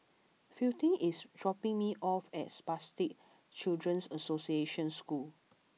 Fielding is dropping me off at Spastic Children's Association School